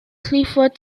clifford